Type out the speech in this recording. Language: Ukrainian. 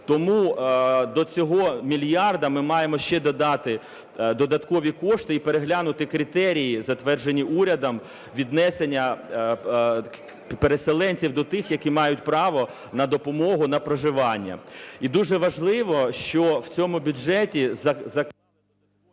Тому до цього мільярда ми маємо ще додати додаткові кошти і переглянути критерії, затверджені урядом, віднесення переселенців до тих, які мають право на допомогу на проживання. І дуже важливо, що в цьому бюджеті...